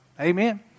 Amen